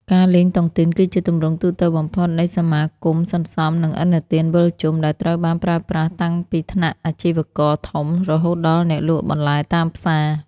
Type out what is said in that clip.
ការលេង "តុងទីន" គឺជាទម្រង់ទូទៅបំផុតនៃសមាគមសន្សំ និងឥណទានវិលជុំ ដែលត្រូវបានប្រើប្រាស់តាំងពីថ្នាក់អាជីវករធំ រហូតដល់អ្នកលក់បន្លែតាមផ្សារ។